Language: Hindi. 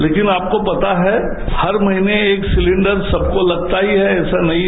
लेकिन आपको पता है हर महीने एक सिलेन्डर सबको लगता ही है ऐसा नहीं है